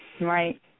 Right